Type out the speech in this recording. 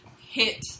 hit